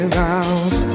vows